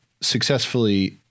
successfully